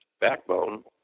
backbone